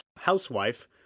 housewife